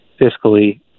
fiscally